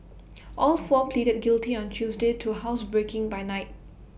all four pleaded guilty on Tuesday to housebreaking by night